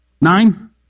Nine